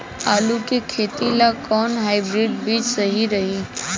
आलू के खेती ला कोवन हाइब्रिड बीज सही रही?